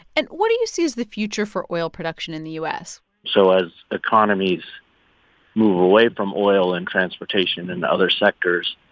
and what do you see as the future for oil production in the u s? so as economies move away from oil and transportation and other sectors,